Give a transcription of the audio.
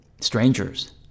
strangers